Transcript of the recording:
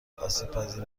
آسیبپذیر